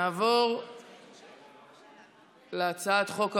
נעבור להצעת החוק הבאה,